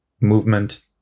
movement